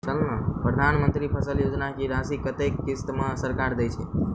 प्रधानमंत्री फसल बीमा योजना की राशि कत्ते किस्त मे सरकार देय छै?